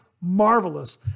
marvelous